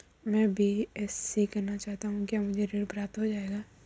मैं बीएससी करना चाहता हूँ क्या मुझे ऋण प्राप्त हो जाएगा?